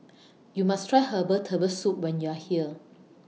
YOU must Try Herbal Turtle Soup when YOU Are here